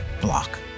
block